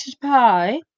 Pie